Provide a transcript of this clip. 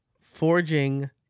forging